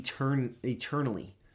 eternally